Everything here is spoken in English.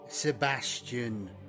Sebastian